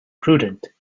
prudent